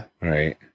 Right